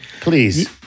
Please